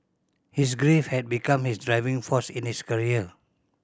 his grief had become his driving force in his career